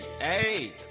hey